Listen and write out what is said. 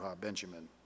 Benjamin